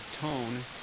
tone